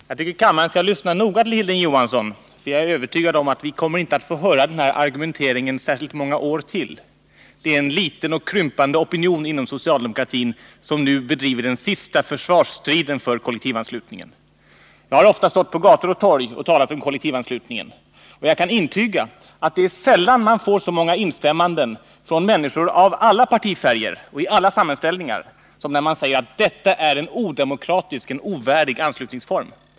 Herr talman! Jag tycker att kammarens ledamöter skall lyssna noga på Hilding Johansson, ty jag är övertygad om att vi inte kommer att få höra den här argumenteringen särskilt många år till. Det är en liten och krympande opinion inom socialdemokratin som nu driver den sista försvarsstriden för kollektivanslutningen. Jag har vid många tillfällen stått på gator och torg och talat om kollektivanslutningen och kan intyga att det är sällan man får så många instämmanden från människor av alla partifärger och i alla samhällsställningar som när man säger att detta är en odemokratisk och ovärdig anslutningsform.